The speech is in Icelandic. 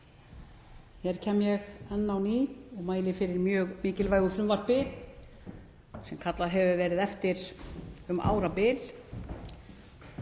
Hér kem ég enn á ný og mæli fyrir mjög mikilvægu frumvarpi sem kallað hefur verið eftir um árabil